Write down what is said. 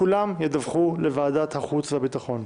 כולם ידווחו לוועדת חוץ וביטחון.